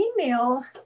email